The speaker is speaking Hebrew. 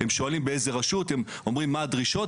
הוא שואלים באיזו רשות ואומרים מה הדרישות,